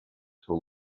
till